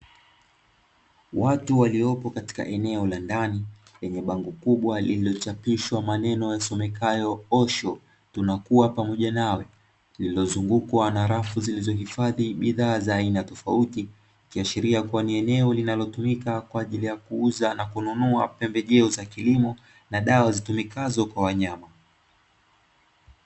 Watu waliopo katika eneo la ndani lenye bango kubwa lililochapishwa maneno yasomekayo "osho tunakuwa pamoja nawe" , liililozungukwa na rafu zilizohifadhi bidhaa za aina tofauti; kuashiria kuwa ni eneo linalotumika kwa ajili ya kuuza na kununua pembejeo za kilimo na dawa zitumikazo kwa wanyama.